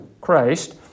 Christ